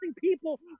people